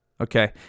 Okay